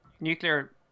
nuclear